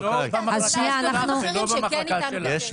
לא במחלקה שלך ולא במחלקה שלך.